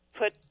put